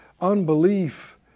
unbelief